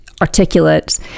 articulate –